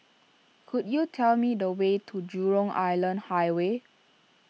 could you tell me the way to Jurong Island Highway